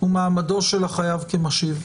מעמדו של החייב כמשיב.